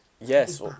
Yes